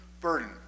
burden